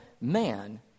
man